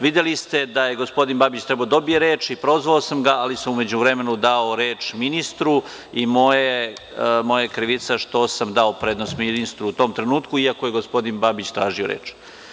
Videli ste da je gospodin Babić trebao da dobije reč i prozvao sam ga, ali sam u međuvremenu dao reč ministru i moja je krivica što sam dao prednost ministru u tom trenutku, iako je gospodin Babić tražio reč.